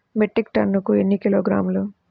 Metric టన్నుకు ఎన్ని కిలోగ్రాములు?